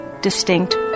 distinct